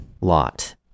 Lot